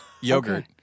Yogurt